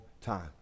time